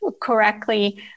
correctly